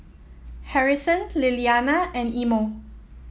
Harrison Lilliana and Imo